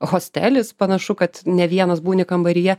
hostelis panašu kad ne vienas būni kambaryje